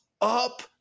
up